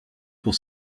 pour